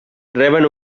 reben